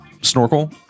snorkel